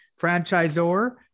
franchisor